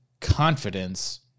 confidence